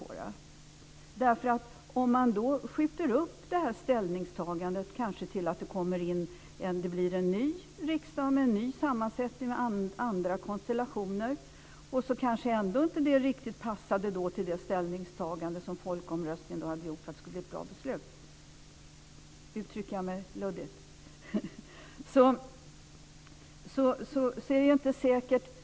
Man skulle kunna skjuta upp ställningstagandet tills att det kanske blir en ny riksdag med en annan sammansättning och andra konstellationer. Men sedan kanske det ändå inte passade det ställningstagande som väljarna gjort i folkomröstningen för att det skulle bli ett bra beslut. Uttrycker jag mig luddigt?